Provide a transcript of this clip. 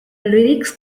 lyrics